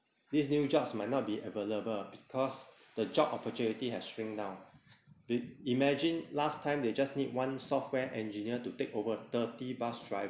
this new jobs might not be available because the job opportunity has shrink down th~ imagine last time they just need one software engineer to take over thirty bus driv~